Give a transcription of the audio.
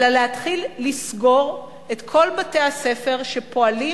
אלא להתחיל לסגור את כל בתי-הספר שפועלים